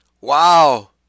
Wow